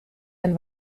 ein